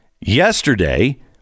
Yesterday